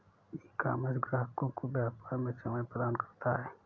ecommerce ग्राहकों को व्यापार में सेवाएं प्रदान करता है